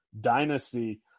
dynasty